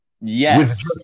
yes